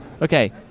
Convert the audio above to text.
Okay